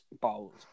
bold